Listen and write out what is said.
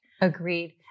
Agreed